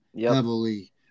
heavily